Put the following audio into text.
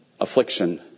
affliction